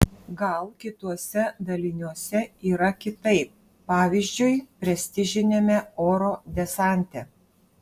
gal kituose daliniuose yra kitaip pavyzdžiui prestižiniame oro desante